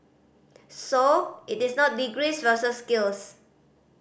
so it is not degrees versus skills